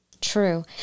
True